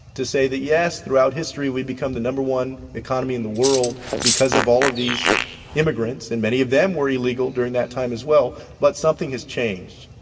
to say that, yes, throughout history we've become the number one economy in the world because of all of these immigrants. and many of them were illegal during that time as well. but something has changed.